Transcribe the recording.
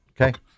Okay